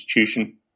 institution